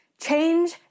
change